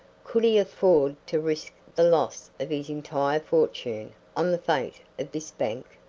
could he afford to risk the loss of his entire fortune on the fate of this bank?